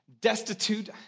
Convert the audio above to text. destitute